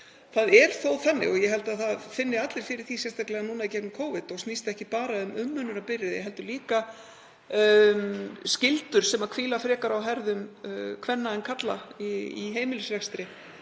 Það er þó þannig og ég held að það finni allir fyrir því, sérstaklega núna í gegnum Covid, að þetta snýst ekki bara um umönnunarbyrði heldur líka um skyldur sem hvíla frekar á herðum kvenna en karla í heimilisrekstri